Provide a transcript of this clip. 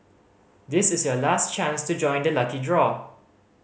this is your last chance to join the lucky draw